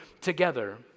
together